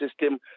system